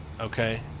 Okay